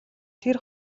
тэр